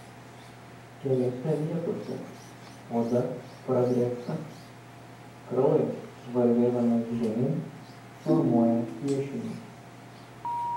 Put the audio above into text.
keliose vietose oda pradrėksta kraujas varvėdamas žemyn formuoja piešinius